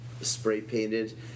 spray-painted